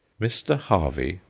mr. harvey,